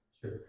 Sure